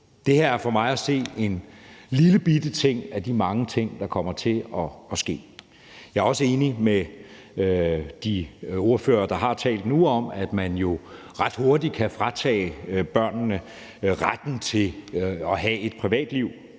Det her for mig at se en lillebitte ting af de mange ting, der kommer til at ske. Jeg er også enig med de ordførere, der nu har talt, om, at man jo ret hurtigt kan fratage børnene retten til at have et privatliv.